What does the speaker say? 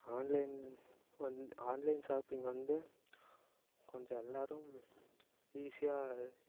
online வந்து online shopping வந்து கொஞ்சம் எல்லோரும் ஈஸியாக